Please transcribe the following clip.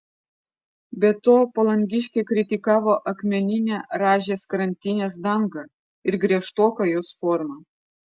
be to palangiškiai kritikavo akmeninę rąžės krantinės dangą ir griežtoką jos formą